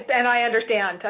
and i understand,